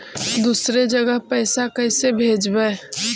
दुसरे जगह पैसा कैसे भेजबै?